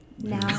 now